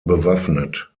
bewaffnet